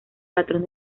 patrón